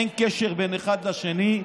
אין קשר בין האחד לשני.